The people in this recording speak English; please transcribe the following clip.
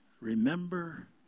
remember